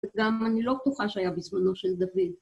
וגם אני לא בטוחה שהיה בזמנו של דוד